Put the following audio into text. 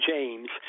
James